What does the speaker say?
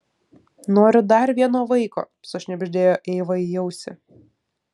noriu dar vieno vaiko sušnibždėjo eiva į ausį